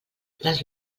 les